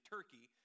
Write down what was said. Turkey